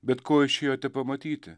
bet ko išėjote pamatyti